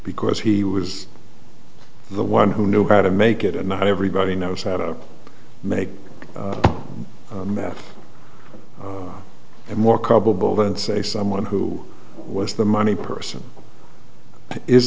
because he was the one who knew how to make it and not everybody knows how to make a mess and more culpable than say someone who was the money person is